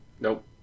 Nope